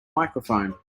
microphone